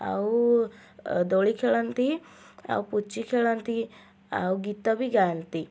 ଆଉ ଦୋଳି ଖେଳନ୍ତି ଆଉ ପୁଚି ଖେଳନ୍ତି ଆଉ ଗୀତ ବି ଗାଆନ୍ତି